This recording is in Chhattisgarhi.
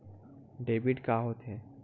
डेबिट का होथे?